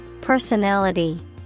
Personality